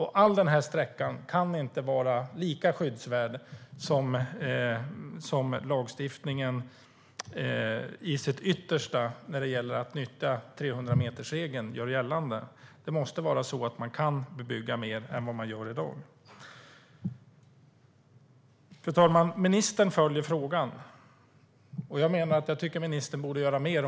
Hela denna sträcka kan inte vara lika skyddsvärd som lagstiftningen ytterst gör gällande när det gäller att nyttja 300-metersregeln. Man måste kunna bebygga mer än vad man gör i dag. Fru talman! Ministern följer frågan, säger hon. Jag menar att ministern borde göra mer.